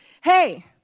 hey